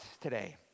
today